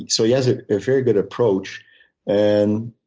so he has a very good approach and